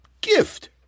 Gift